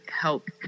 help –